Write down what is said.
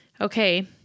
okay